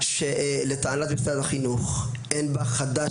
סוגיה שלטענת משרד החינוך אין בה חדש